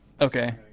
Okay